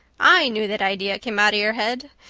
i knew that idea came out of your head.